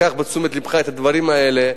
קח לתשומת לבך את הדברים האלה,